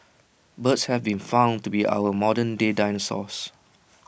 birds have been found to be our modernday dinosaurs